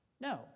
No